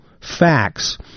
facts